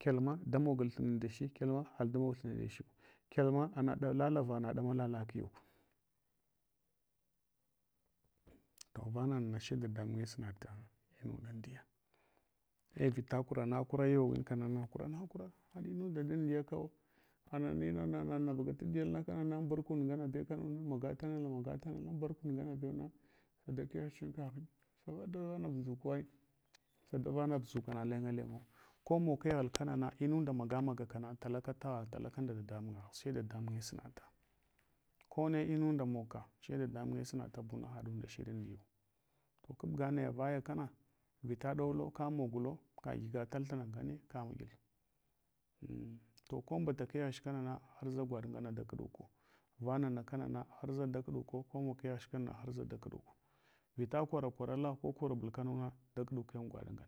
Kyalma damagul thina ndeche, kyalma haɗul damog thuna ndechu kyalma ana lalavaghna ɗamala la kiyuk. To vanana she dadamunye sunata inunda mdiya, ei vita kurana kurayo kana ku rana kira, haɗ inunda damdiyakawo. buga taduyalna kanana am barkund ngana bew kanuna magaltanana magal tamena, an barkund nganabew na mada keghch ankaghi gmadavanab ndʒukuwai ndavab ndʒuk na leng, leng wu. Komog keghal kana inunda maga maga kana na talaka taghan talaka nda dadamun’ngha, sai dadamunye sunata kone munda mogka, sai dadamunye sunata buna, haɗ undashiɗ amdiyu. To kagba nayavaya kana, vita ɗowlo ka moglo kaghgatal thuna ngane, kavuɗyal. To ko mbata keghch kanana, harʒa gwaɗ ngana dakuɗuko, vanana kanana harʒa dakuɗuko mog keghch kanana harʒa dakɗuk. Vita kwara kwarala, ko korbul kanuna dakɗukan gwaɗna.